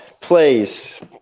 please